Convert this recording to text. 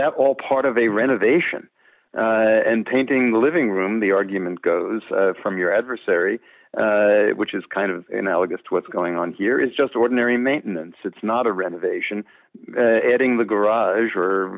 that all part of a renovation and painting the living room the argument goes from your adversary which is kind of analogous to what's going on here is just ordinary maintenance it's not a renovation adding the garage or